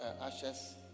ashes